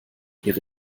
ihre